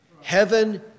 heaven